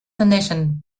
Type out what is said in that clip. tendeixen